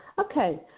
Okay